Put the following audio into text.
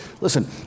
Listen